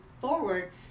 forward